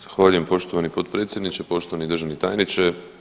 Zahvaljujem poštovani potpredsjedniče, poštovani državni tajniče.